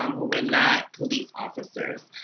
um who were not police officers.